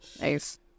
nice